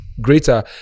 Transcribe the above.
greater